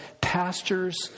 pastors